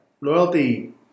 Loyalty